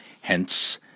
hence